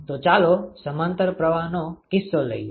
તો ચાલો સમાંતર પ્રવાહનો કિસ્સો લઇએ